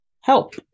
help